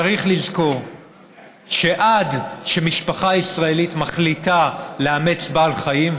צריך לזכור שעד שמשפחה ישראלית מחליטה לאמץ בעל חיים,